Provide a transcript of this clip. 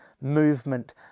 movement